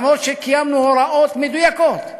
למרות שקיימנו הוראות מדויקות?